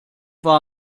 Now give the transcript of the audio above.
war